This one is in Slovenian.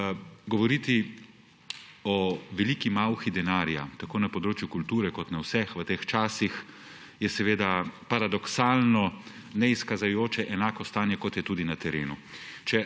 Govoriti o veliki malhi denarja tako na področju kulture kot na vseh v teh časih je seveda paradoksalno, neizkazajoče enako stanje, kot je tudi na terenu.